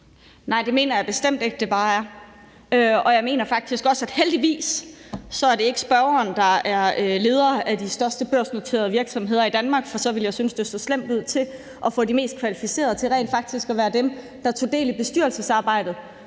Nej, det mener jeg bestemt ikke det bare er, og jeg mener faktisk også, at man kan sige, at heldigvis er det ikke spørgeren, der er leder af de største børsnoterede virksomheder i Danmark, for så ville jeg synes, det så slemt ud, i forhold til at få de mest kvalificerede til rent faktisk at være dem, der tog del i bestyrelsesarbejdet.